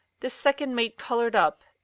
the second mate coloured up,